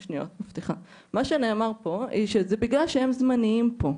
שזה בגלל שהם זמניים פה.